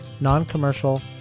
non-commercial